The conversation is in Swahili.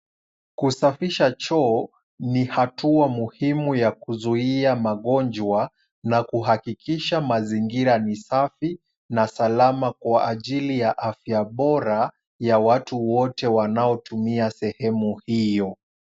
Kusafisha choo, ni hatua muhimu ya kuzuia magonjwa, na kuhakikisha mazingira ni safi na salama kwa ajili ya afya bora ya watu wote wanaotumia sehemu hiyo.